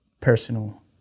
personal